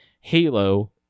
Halo